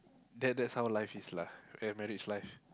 that that's how life is lah a marriage life